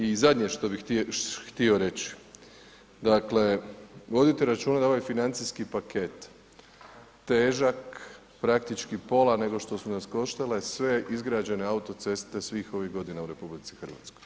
I zadnje što bih htio reći, dakle vodite računa da je ovaj financijski paket težak praktički pola nego što su nas koštale sve izgrađene autoceste svih ovih godina u RH.